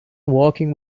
walking